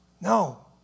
No